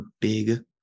big